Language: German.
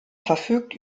verfügt